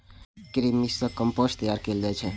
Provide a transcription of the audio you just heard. कृमि सं कंपोस्ट तैयार कैल जाइ छै